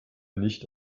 nicht